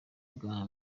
bwa